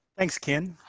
thanks, ken.